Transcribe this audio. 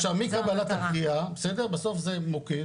ועכשיו, מקבלת הקריאה, בסדר, בסוף זה מוקד